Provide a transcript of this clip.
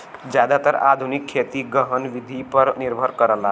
जादातर आधुनिक खेती गहन विधि पर निर्भर करला